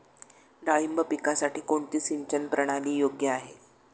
डाळिंब पिकासाठी कोणती सिंचन प्रणाली योग्य आहे?